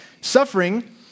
Suffering